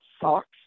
socks